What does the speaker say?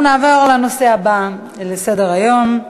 אנחנו נעבור לנושא הבא על סדר-היום: